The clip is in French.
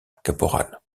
caporal